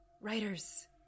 writers